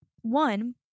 one